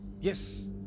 Yes